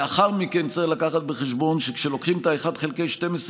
לאחר מכן צריך להביא בחשבון שכשלוקחים את ה-1 חלקי 12,